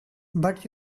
but